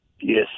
yes